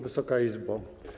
Wysoka Izbo!